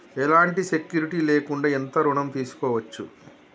ఎలాంటి సెక్యూరిటీ లేకుండా ఎంత ఋణం తీసుకోవచ్చు?